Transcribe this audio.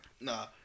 Nah